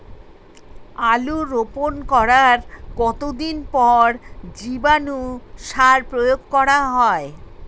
আলু রোপণ করার কতদিন পর জীবাণু সার প্রয়োগ করা হয়?